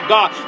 God